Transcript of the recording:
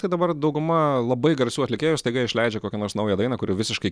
tai dabar dauguma labai garsių atlikėjų staiga išleidžia kokią nors naują dainą kuri visiškai